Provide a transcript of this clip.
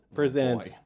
presents